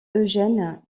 eugène